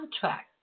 contract